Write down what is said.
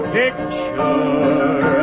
picture